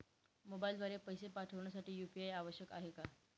मोबाईलद्वारे पैसे पाठवण्यासाठी यू.पी.आय आवश्यक आहे का?